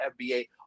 FBA